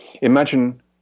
Imagine